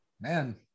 man